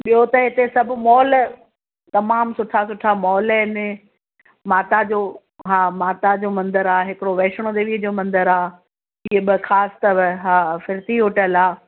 ॿियो त इते सभु मॉल तमामु सुठा सुठा मॉल आहिनि माता जो हा माता जो मंदर आहे हिकिड़ो वैष्णो देवीअ जो मंदर आहे इहे ॿ ख़ासि अथव हा फिरती होटल आहे